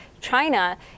China